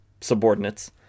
subordinates